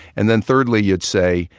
and then thirdly you'd say,